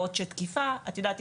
בעוד שתקיפה את יודעת,